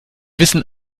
wissen